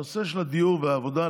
הנושא של הדיור והעבודה,